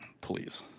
please